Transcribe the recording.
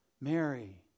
Mary